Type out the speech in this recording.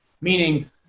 meaning